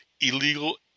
illegal